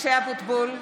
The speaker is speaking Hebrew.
(קוראת בשמות חברי הכנסת) משה אבוטבול,